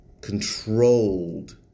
controlled